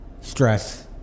stress